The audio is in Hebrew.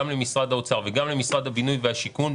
גם למשרד האוצר וגם למשרד הבינוי והשיכון,